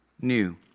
new